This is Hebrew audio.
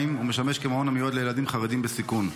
ומשמש מעון המיועד לילדים חרדים בסיכון.